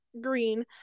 Green